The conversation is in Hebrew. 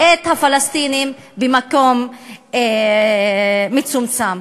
את הפלסטינים במקום מצומצם.